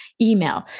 email